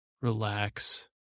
relax